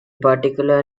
particular